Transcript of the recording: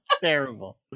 Terrible